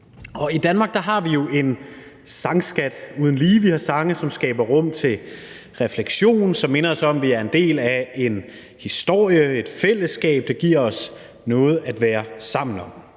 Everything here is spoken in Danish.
I Danmark har vi jo en sangskat uden lige. Vi har sange, som skaber rum til refleksion, og som minder os om, at vi er en del af en historie, et fællesskab, der giver os noget at være sammen om.